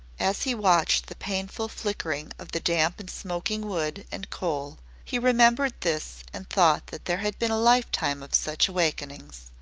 as he watched the painful flickering of the damp and smoking wood and coal he remembered this and thought that there had been a lifetime of such awakenings,